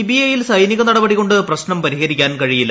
ലിബിയയിൽ സൈനിക നടപടികൊണ്ട് പ്രപശ്നം പരിഹരിക്കാൻ കഴിയില്ല